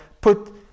put